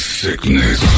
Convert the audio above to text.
sickness